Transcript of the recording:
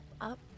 up